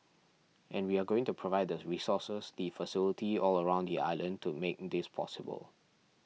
and we are going to provide the resources the facility all around the island to make this possible